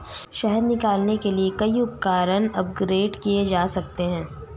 शहद निकालने के लिए कई उपकरण अपग्रेड किए जा सकते हैं